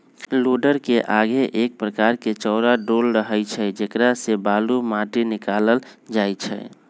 लोडरके आगे एक प्रकार के चौरा डोल रहै छइ जेकरा से बालू, माटि निकालल जाइ छइ